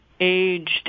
aged